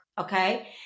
okay